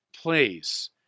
place